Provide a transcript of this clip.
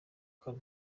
kane